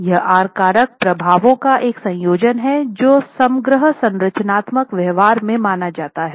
तो यह आर कारक प्रभावों का एक संयोजन है जो समग्र संरचनात्मक व्यवहार में माना जाता है